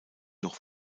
noch